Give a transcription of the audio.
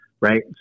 right